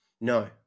No